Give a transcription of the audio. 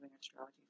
astrology